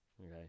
Okay